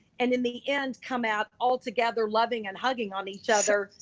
and in the end come out all together, loving and hugging on each other.